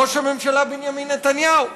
ראש הממשלה בנימין נתניהו.